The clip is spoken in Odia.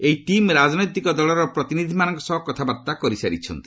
ଏହି ଟିମ୍ ରାଜନୈତିକ ଦଳର ପ୍ରତିନିଧିମାନଙ୍କ ସହ କଥାବାର୍ତ୍ତା କରିସାରିଛନ୍ତି